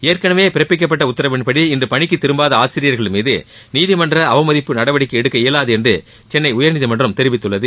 ஏற்கனவே பிறப்பிக்கப்பட்ட உத்தரவின்பிடி இன்று பணிக்கு திரும்பாத ஆசிரியர்கள் மீது நீதிமன்ற அவமதிப்பு நடவடிக்கை எடுக்க இயலாது என்று சென்னை உயர்நீதிமன்றம் தெரிவித்துள்ளது